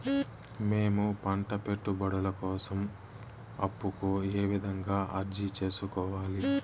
మేము పంట పెట్టుబడుల కోసం అప్పు కు ఏ విధంగా అర్జీ సేసుకోవాలి?